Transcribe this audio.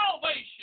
salvation